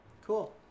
Cool